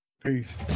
Peace